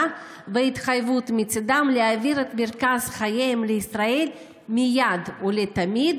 והתחייבות מצידם להעביר את מרכז חייהם לישראל מייד ולתמיד